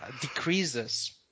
decreases